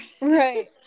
Right